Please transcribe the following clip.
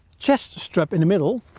chest strap in the middle.